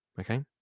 okay